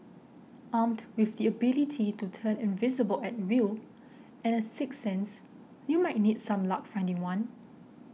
armed with the ability to turn invisible at will and a sixth sense you might need some luck finding one